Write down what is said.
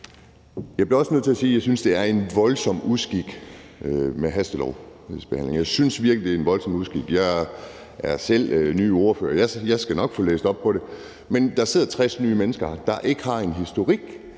jeg bliver også nødt til at sige, at jeg synes, det er en voldsom uskik med hastelovbehandlinger. Jeg synes virkelig, det er en voldsom uskik. Jeg er selv ny ordfører, jeg skal nok få læst op på det. Men der sidder 60 nye mennesker her, der ikke har en historik